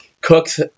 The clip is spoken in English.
Cooks